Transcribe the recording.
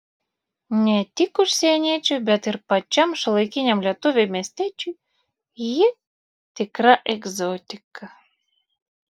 ne tik užsieniečiui bet ir pačiam šiuolaikiniam lietuviui miestiečiui ji tikra egzotika